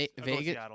Vegas